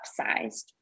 upsized